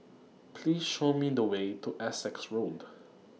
Please Show Me The Way to Essex Road